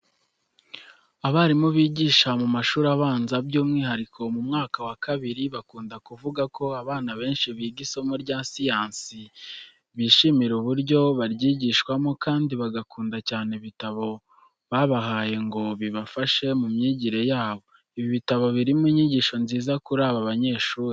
Abarimu bigisha mu mashuri abanza by'umwihariko mu mwaka wa kabiri bakunda kuvuga ko abana benshi biga isomo rya siyanse bishimira uburyo baryigishwamo kandi bagakunda cyane ibitabo babahaye ngo bibafashe mu myigire yabo. Ibi bitabo birimo inyigisho nziza kuri aba banyeshuri.